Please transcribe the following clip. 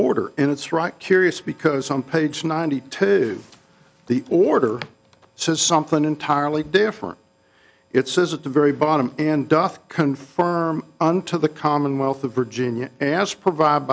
order and it's right curious because some page ninety two the order says something entirely different it says at the very bottom and doth confirm to the commonwealth of virginia as provide